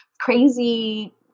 crazy